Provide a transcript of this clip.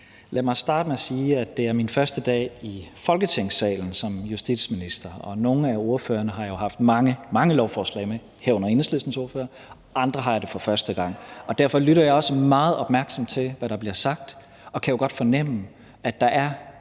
Lad mig starte med at sige, at det er min første dag i Folketingssalen som justitsminister, og nogle af ordførerne har jeg jo haft mange lovforslag med, herunder Enhedslistens ordfører, og andre har jeg det for første gang, og derfor lytter jeg også meget opmærksomt til, hvad der bliver sagt, og kan jo godt fornemme, at der er